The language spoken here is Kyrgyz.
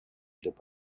деп